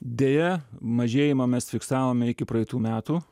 deja mažėjimą mes fiksavome iki praeitų metų